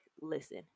listen